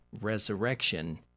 resurrection